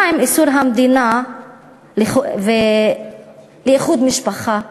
מה עם איסור המדינה על איחוד משפחה,